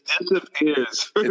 disappears